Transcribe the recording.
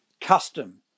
custom